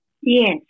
Yes